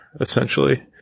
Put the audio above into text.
essentially